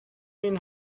این